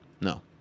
No